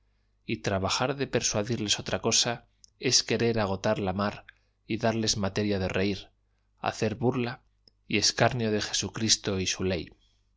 y trabajar d e persuadirles otra c o s a es q u e r e r agotar la mar y darles materia d e r e i r hacer burla y escarnio d e j esu cristo y su l